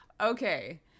Okay